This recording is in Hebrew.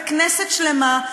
וכנסת שלמה,